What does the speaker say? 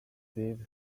these